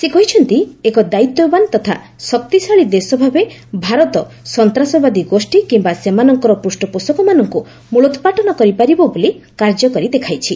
ସେ କହିଛନ୍ତି ଏକ ଦାୟିତ୍ୱବାନ ତଥା ଶକ୍ତିଶାଳୀ ଦେଶଭାବେ ଭାରତ ସନ୍ତାସବାଦୀ ଗୋଷୀ କିମ୍ବା ସେମାନଙ୍କର ପୂଷ୍ପପୋଷକମାନଙ୍କୁ ମ୍ବଳୋପାଟନ କରିପାରିବ ବୋଲି କାର୍ଯ୍ୟ କରି ଦେଖାଇଛି